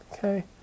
Okay